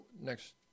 next